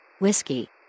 Whiskey